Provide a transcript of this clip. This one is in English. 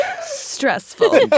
stressful